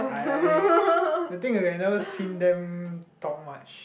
I the thing is I never seen them talk much